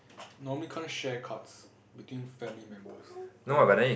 normally can't share cards between family members I don't know